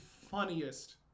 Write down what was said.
funniest